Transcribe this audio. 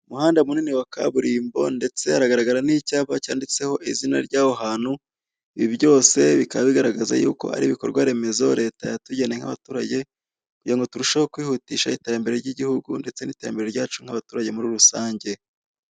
Umuhanda munini wa kaburimbo ndetse haragaragara n'icyapa cyanditseho izina ry'aho hantu, ibi byose bikaba bigaragaza yuko ari ibikorwaremezo leta yatugeneye nk'abaturage kugira ngo turusheho kwihutisha iterambere ry'igihugu ndetse n'iterambere ryacu muri rusange.